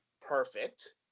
perfect